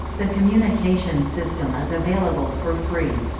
the communication system is available for free.